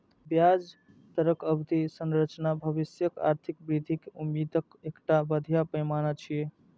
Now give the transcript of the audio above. ब्याज दरक अवधि संरचना भविष्यक आर्थिक वृद्धिक उम्मीदक एकटा बढ़िया पैमाना छियै